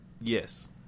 Yes